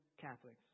Catholics